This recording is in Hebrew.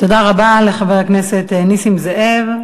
תודה רבה לחבר הכנסת נסים זאב.